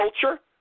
culture